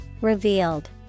Revealed